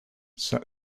said